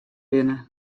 binne